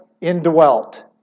indwelt